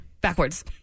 backwards